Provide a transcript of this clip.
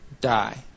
die